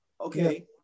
okay